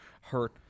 hurt